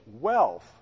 wealth